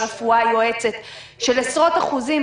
רפואה יועצת של עשרות אחוזים,